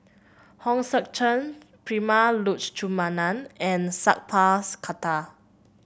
Hong Sek Chern Prema Letchumanan and Sat Pal's Khattar